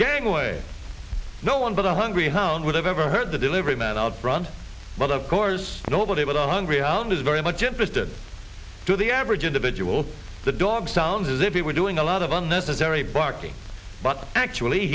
getting away no one but a hungry home would have ever heard the delivery man out front but of course nobody but the hungry hound is very much interested to the average individual the dog sounds as if he were doing a lot of unnecessary barking but actually